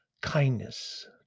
kindness